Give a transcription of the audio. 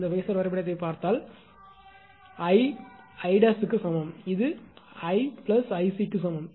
இந்த ஃபேஸர் வரைபடத்தைப் பார்த்தால் I உங்கள் 𝐼′க்கு சமம் மற்றும் இது 𝐼 𝐼𝑐 க்கு சமம்